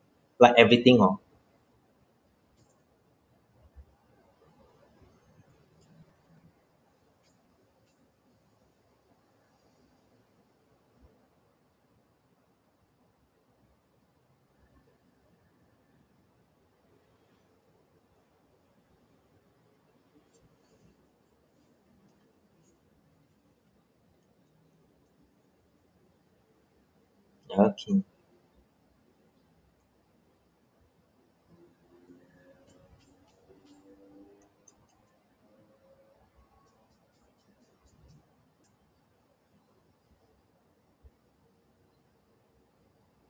like everything orh ya okay